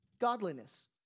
godliness